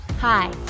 Hi